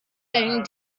thing